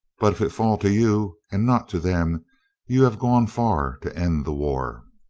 but if it fall to you and not to them you have gone far to end the war.